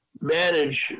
manage